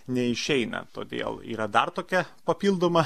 neišeina todėl yra dar tokia papildoma